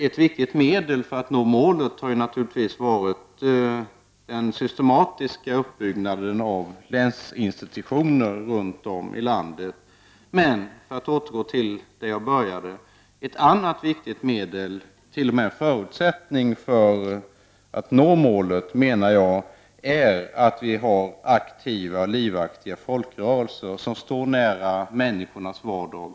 Ett viktigt medel för att nå målet är den systematiska uppbyggnaden av länsinstitutionerna runt om i landet. Men ett annat viktigt medel, och t.o.m. en förutsättning, för att nå målet är starka och livaktiga folkrörelser som står nära människornas vardag.